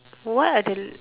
what are the